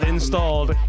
Installed